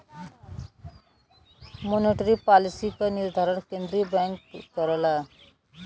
monetary policy क निर्धारण केंद्रीय बैंक करला